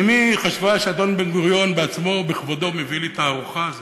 אמי חשבה שאדון בן-גוריון בעצמו ובכבודו מביא לי את הארוחה הזאת.